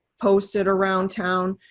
posted around town.